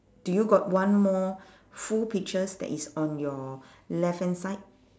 do you got one more full peaches that is on your left hand side